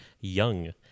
young